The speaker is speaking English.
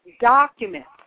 documents